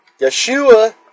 Yeshua